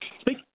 speak